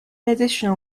additional